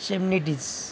చెమ్మీడిస్